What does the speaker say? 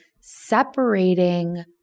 separating